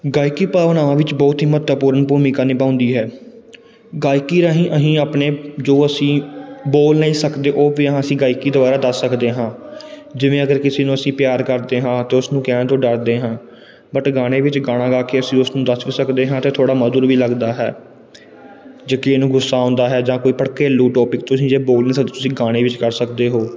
ਗਾਇਕੀ ਭਾਵਨਾਵਾਂ ਵਿੱਚ ਬਹੁਤ ਹੀ ਮਹੱਤਵਪੂਰਨ ਭੂਮਿਕਾ ਨਿਭਾਉਂਦੀ ਹੈ ਗਾਇਕੀ ਰਾਹੀਂ ਅਸੀਂ ਆਪਣੇ ਜੋ ਅਸੀਂ ਬੋਲ ਨਹੀਂ ਸਕਦੇ ਉਹ ਵੀ ਅਸੀਂ ਗਾਇਕੀ ਦੁਆਰਾ ਦੱਸ ਸਕਦੇ ਹਾਂ ਜਿਵੇਂ ਅਗਰ ਕਿਸੇ ਨੂੰ ਅਸੀਂ ਪਿਆਰ ਕਰਦੇ ਹਾਂ ਅਤੇ ਉਸਨੂੰ ਕਹਿਣ ਤੋਂ ਡਰਦੇ ਹਾਂ ਬਟ ਗਾਣੇ ਵਿੱਚ ਗਾਣਾ ਗਾ ਕੇ ਅਸੀਂ ਉਸ ਨੂੰ ਦੱਸ ਵੀ ਸਕਦੇ ਹਾਂ ਅਤੇ ਥੋੜ੍ਹਾ ਮਧੁਰ ਵੀ ਲੱਗਦਾ ਹੈ ਜੇ ਕਿਸੇ ਨੂੰ ਗੁੱਸਾ ਆਉਂਦਾ ਹੈ ਜਾਂ ਕੋਈ ਭੜਕੇਲੂ ਟੋਪਿਕ ਤੁਸੀਂ ਜੇ ਬੋਲ ਨਹੀਂ ਸਕਦੇ ਤੁਸੀਂ ਗਾਣੇ ਵਿੱਚ ਕਰ ਸਕਦੇ ਹੋ